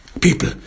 people